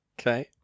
Okay